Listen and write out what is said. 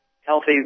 healthy